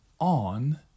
on